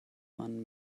man